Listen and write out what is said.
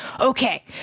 Okay